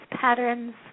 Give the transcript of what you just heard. patterns